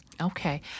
Okay